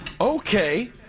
okay